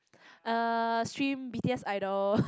uh stream BTS Idol